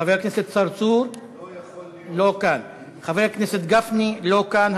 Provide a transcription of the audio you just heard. חבר הכנסת צרצור, לא כאן, חבר הכנסת גפני, לא כאן.